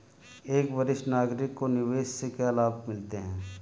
एक वरिष्ठ नागरिक को निवेश से क्या लाभ मिलते हैं?